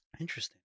interesting